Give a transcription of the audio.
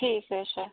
ٹھیٖک حظ چھُ